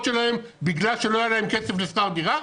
שלהם בגלל שלא היה להם כסף לשכר דירה?